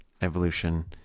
evolution